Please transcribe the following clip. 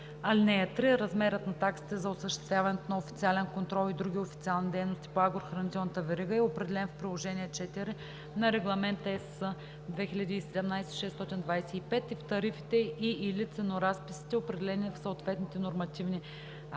(3) Размерът на таксите за осъществяване на официален контрол и други официални дейности по агрохранителната верига е определен в Приложение IV на Регламент (ЕС) 2017/625 и в тарифите и/или ценоразписите, определени в съответните нормативни актове